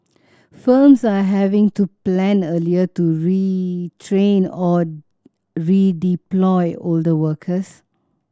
firms are having to plan earlier to retrain or redeploy older workers